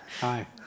Hi